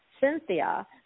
Cynthia